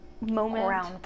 moment